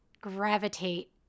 gravitate